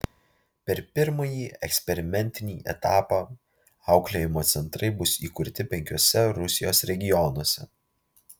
per pirmąjį eksperimentinį etapą auklėjimo centrai bus įkurti penkiuose rusijos regionuose